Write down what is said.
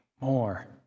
more